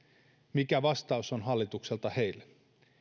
mikä vastaus on hallitukselta heille